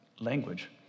language